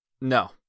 No